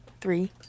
three